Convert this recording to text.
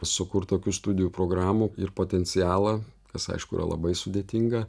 sukurt tokių studijų programų ir potencialą kas aišku yra labai sudėtinga